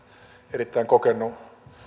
erittäin kokenut